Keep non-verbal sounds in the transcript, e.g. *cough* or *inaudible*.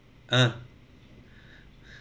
uh *breath*